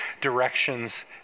directions